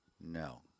No